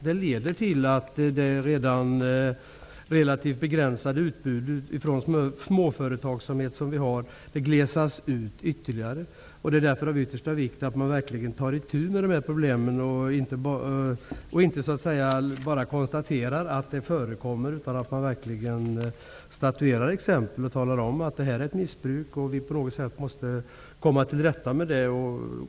Det leder till att det redan relativt begränsade utbudet för småföretagen glesas ut ytterligare. Det är därför av yttersta vikt att ta itu med problemen och inte bara konstatera att missbruk förekommer. Man måste statuera exempel och tala om att det är ett missbruk. Vi måste på något sätt komma till rätta med detta.